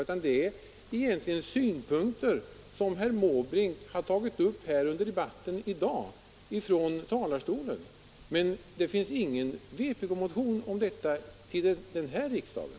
Det är egentligen bara synpunkter som herr Måbrink har tagit upp från talarstolen under debatten i dag. Det finns således ingen vpk-motion avgiven om detta till den här riksdagen.